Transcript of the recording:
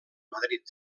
madrid